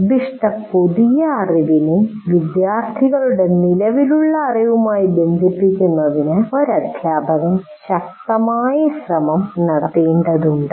നിർദ്ദിഷ്ട പുതിയ അറിവിനെ വിദ്യാർത്ഥികളുടെ നിലവിലുള്ള അറിവുമായി ബന്ധിപ്പിക്കുന്നതിന് ഒരു അധ്യാപകൻ ശക്തമായ ശ്രമം നടത്തേണ്ടതുണ്ട്